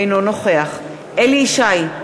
אינו נוכח אליהו ישי,